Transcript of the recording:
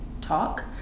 talk